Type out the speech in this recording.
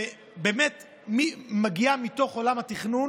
ובאמת מגיעה מתוך עולם התכנון.